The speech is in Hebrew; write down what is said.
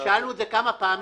שאלנו את זה כמה פעמים.